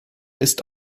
ist